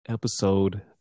Episode